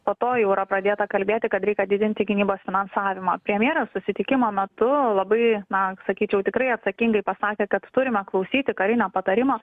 po to jau yra pradėta kalbėti kad reikia didinti gynybos finansavimą premjeras susitikimo metu labai na sakyčiau tikrai atsakingai pasakė kad turime klausyti karinio patarimo